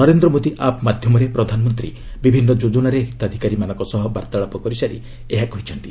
Narendra Modi app ମାଧ୍ୟମରେ ପ୍ରଧାନମନ୍ତ୍ରୀ ବିଭିନ୍ନ ଯୋଜନାରେ ହିତାଧିକାରୀମାନଙ୍କ ସହ ବାର୍ଭାଳାପ କରିସାରି ଏହା କହିଛନ୍ତି